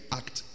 act